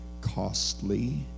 costly